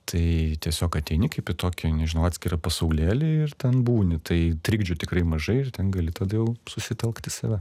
tai tiesiog ateini kaip į tokį nežinau atskirą pasaulėlį ir ten būni tai trikdžių tikrai mažai ir ten gali tada jau susitelkt į save